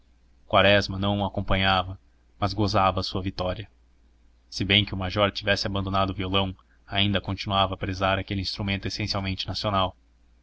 quaresma não o acompanhava mas gozava a sua vitória se bem que o major tivesse abandonado o violão ainda continuava a prezar aquele instrumento essencialmente nacional